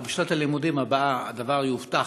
או שבשנת הלימודים הבאה יובטח,